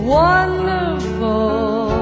wonderful